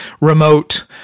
remote